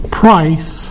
price